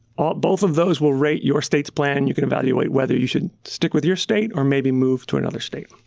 both of those will rate your state's plan. you can evaluate whether you should stick with your state or maybe move to another state.